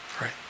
Right